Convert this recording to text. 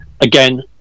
again